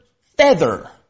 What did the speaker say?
feather